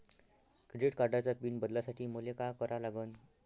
Credit कार्डाचा PIN बदलासाठी मले का करा लागन?